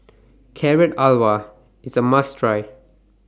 Carrot Halwa IS A must Try